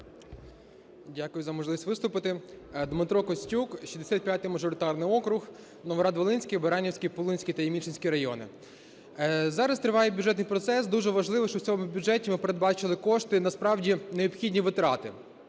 Дякую за можливість виступити. Дмитро Костюк, 65 мажоритарний округ, Новоград-Волинський, Баранівський, Пулинський та Ємільчинський райони. Зараз триваю бюджетний процес. Дуже важливо, що в цьому бюджеті ми передбачили кошти на, справді, необхідні витрати.